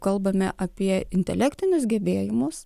kalbame apie intelektinius gebėjimus